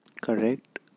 correct